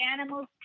animals